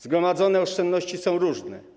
Zgromadzone oszczędności są różne.